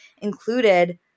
included